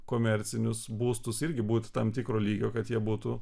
komercinius būstus irgi būti tam tikro lygio kad jie būtų